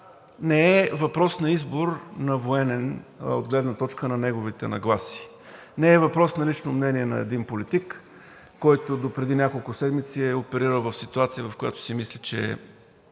не е въпрос на избор на военен от гледна точка на неговите нагласи, не е въпрос на лично мнение на един политик, който допреди няколко седмици е оперирал в ситуация, в която си мисли, че